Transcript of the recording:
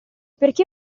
perché